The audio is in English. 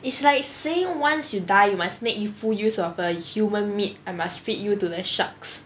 it's like saying once you die you must make full use of a human meat I must feed you to the sharks